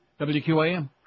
WQAM